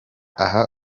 aha